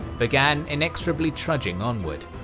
began inexorably trudging onward.